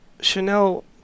Chanel